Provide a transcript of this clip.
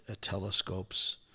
telescopes